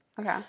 Okay